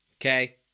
Okay